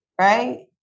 right